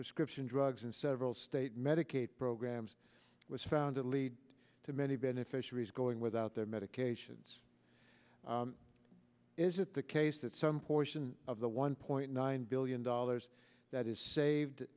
prescription drugs and several state medicaid programs was found to lead to many beneficiaries going without their medications is it the case that some portion of the one point nine billion dollars that is saved